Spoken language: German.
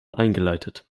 eingeleitet